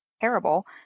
terrible